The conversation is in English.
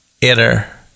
inner